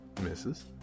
Misses